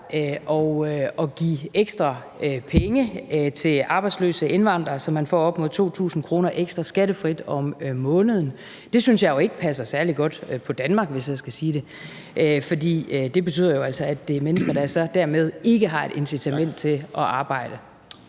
at give ekstra penge til arbejdsløse indvandrere, som kan opnå 2.000 kr. ekstra skattefrit om måneden. Det synes jeg jo ikke er at passe særlig godt på Danmark, hvis jeg skal sige det, for det betyder jo altså, at det er mennesker, der så dermed ikke har et incitament til at arbejde.